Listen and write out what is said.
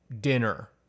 dinner